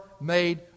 made